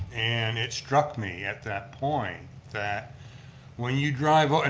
and it struck me at that point that when you drive, and